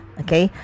okay